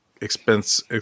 expense